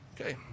Okay